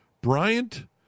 Bryant